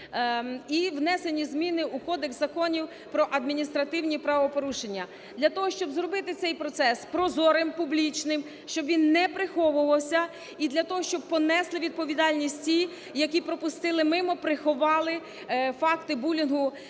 і внесені зміни у Кодекс законів про адміністративні правопорушення. Для того, щоб зробити цей процес прозорим, публічним, щоб він не приховувався і для того, щоб понесли відповідальність ті, які пропустили мимо, приховали факти булінгу